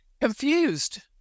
Confused